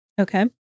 Okay